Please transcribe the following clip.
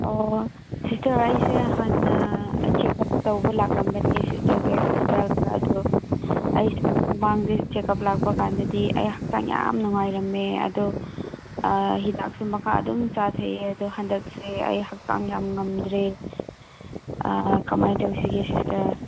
ꯑꯣ ꯁꯤꯁꯇꯔ ꯑꯩꯁꯦ ꯍꯥꯟꯅ ꯑꯩ ꯆꯦꯛꯀꯞ ꯇꯧꯕ ꯂꯥꯛꯂꯝꯕꯅꯦ ꯑꯩ ꯁꯤꯁꯇꯔꯈꯣꯏ ꯍꯣꯁꯄꯤꯇꯥꯜꯗ ꯑꯗꯣ ꯑꯩꯁꯦ ꯃꯃꯥꯡꯗ ꯆꯦꯛꯀꯞ ꯂꯥꯛꯄ ꯀꯥꯟꯗꯗꯤ ꯑꯩ ꯍꯛꯆꯥꯡ ꯌꯥꯝ ꯅꯨꯉꯥꯏꯔꯝꯃꯦ ꯑꯗꯣ ꯍꯤꯗꯥꯛꯁꯨ ꯃꯈꯥ ꯑꯗꯨꯝ ꯆꯊꯩꯌꯦ ꯑꯗꯣ ꯍꯟꯗꯛꯁꯦ ꯑꯩ ꯍꯛꯆꯥꯡ ꯌꯥꯝ ꯉꯝꯗ꯭ꯔꯦ ꯀꯃꯥꯏꯅ ꯇꯧꯁꯤꯒꯦ ꯁꯤꯁꯇꯔ